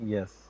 Yes